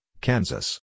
Kansas